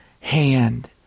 hand